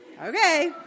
Okay